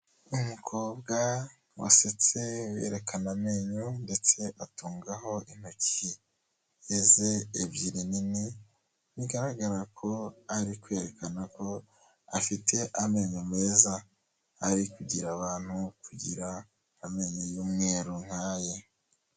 Umukobwa wasetse yerekana amenyo ndetse atungaho intoki ebyiri nini, bigaragara ko ari kwerekana ko afite amenyo meza, ari kugira abantu kugira amenyo y'umweru nka ye.